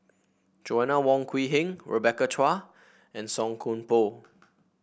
Joanna Wong Quee Heng Rebecca Chua and Song Koon Poh